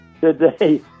Today